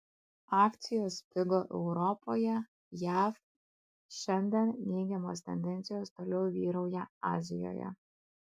akcijos pigo europoje jav šiandien neigiamos tendencijos toliau vyrauja azijoje